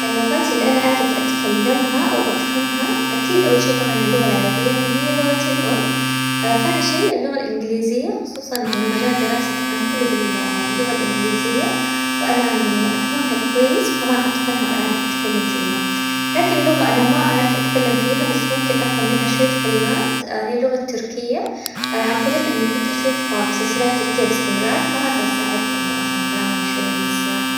اللغات اللي أنا أعرف أتكلمها أو أفهمها أكيد أول شي طبعاً اللغة العربية لأن هي لغتي الأم، ثاني شي اللغة الإنجليزية خصوصاً إنه مجال دراستي كان كله بال- باللغة الإنجليزية، فأنا يعني أفهمها كويس وكمان أتقنها أعرف أتكلم فيها، لكن اللغة اللي أنا ما أعرف أتكلم فيها بس ممكن أفهم منها شوية كلمات هي اللغة التركية عن طريق إني كنت أشوف مسلسلات تركية باستمرار، فهذا ساعدني إنه أفهم كلامهم شوية من السياق.